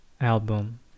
album